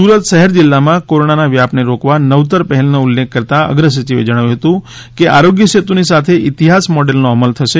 સુરત શહેર જિલ્લામાં કોરોનાના વ્યાપને રોકવા નવતર પહેલનો ઉલ્લેખ કરતાં અગ્રસચિવે જણાવ્યું હતું કે આરોગ્ય સેતુની સાથે ઇતિહાસ મોડેલનો અમલ થશે